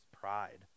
pride